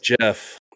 Jeff